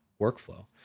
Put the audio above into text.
workflow